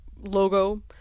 logo